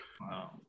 Wow